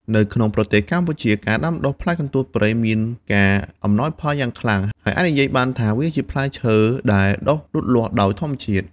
នៅក្នុងប្រទេសកម្ពុជា ការដាំដុះផ្លែកន្ទួតព្រៃមានការអំណោយផលយ៉ាងខ្លាំង ហើយអាចនិយាយបានថាវាជាផ្លែឈើដែលដុះលូតលាស់ដោយធម្មជាតិ។